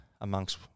amongst